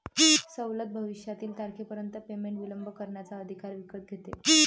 सवलत भविष्यातील तारखेपर्यंत पेमेंट विलंब करण्याचा अधिकार विकत घेते